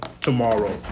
tomorrow